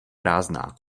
prázdná